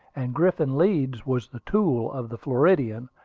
and griffin leeds was the tool of the floridian,